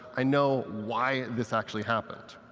i know why this actually happened.